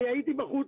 אני הייתי בחוץ,